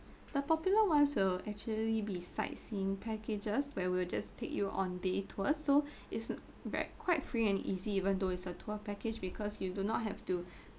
the popular ones will actually be sightseeing packages where we'll just take you on day tour so it's n~ ve~ quite free and easy even though is a tour package because you do not have to